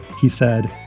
he said,